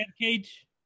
cage